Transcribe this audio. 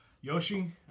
Yoshi